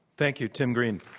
thank you, tim green.